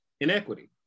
inequity